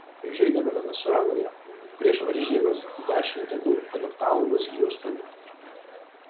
kai žaidėme venesueloje prieš varžybas dešimt dienų adaptavomės hjustone